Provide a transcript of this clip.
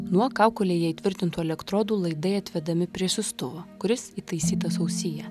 nuo kaukolėje įtvirtintų elektrodų laidai atvedami prie siųstuvo kuris įtaisytas ausyje